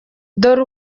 dore